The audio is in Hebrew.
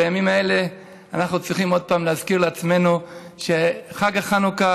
בימים האלה אנחנו צריכים עוד פעם להזכיר לעצמנו שחג החנוכה